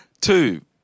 two